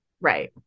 Right